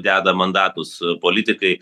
deda mandatus politikai